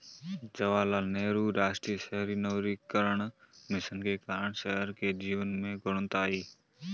जवाहरलाल नेहरू राष्ट्रीय शहरी नवीकरण मिशन के कारण शहर के जीवन में गुणवत्ता आई